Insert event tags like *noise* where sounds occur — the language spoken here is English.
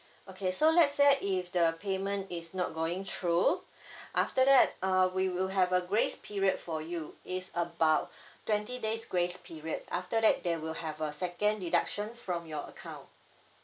okay so let's say if the payment is not going through *breath* after that uh we will have a grace period for you it's about twenty days grace period after that they will have a second deduction from your account